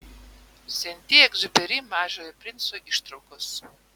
senti egziuperi mažojo princo ištraukos